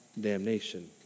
damnation